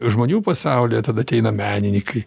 žmonių pasaulyje tada ateina menininkai